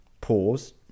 pause